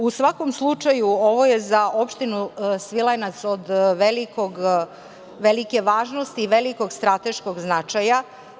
U svakom slučaju, ovo je za opštinu Svilajnac od velike važnosti i velikog strateškog značaja.